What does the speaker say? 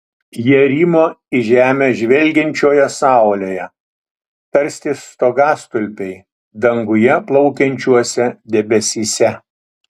jie rymo į žemę žvelgiančioje saulėje tarsi stogastulpiai danguje plaukiančiuose debesyse